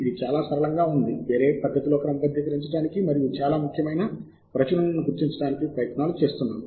ఇది చాలా సరళంగా ఉంది వేరే పద్ధతిలో క్రమబద్ధీకరించడానికి మరియు చాలా ముఖ్యమైన ప్రచురణలను గుర్తించడానికి ప్రయత్నాలు చేస్తున్నాము